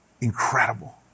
Incredible